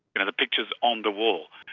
you know, the picture is on the wall.